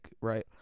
right